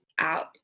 out